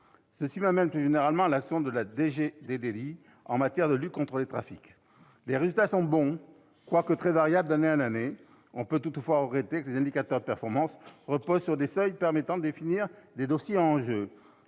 Cela m'amène, plus généralement, à évoquer l'action de la DGDDI en matière de lutte contre les trafics. Les résultats sont bons, quoique très variables d'année en année. On peut toutefois regretter que les indicateurs de performance reposent sur des seuils permettant de définir des « dossiers à enjeu